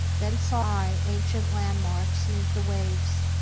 then saw i ancient landmarks neath the waves,